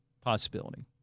possibility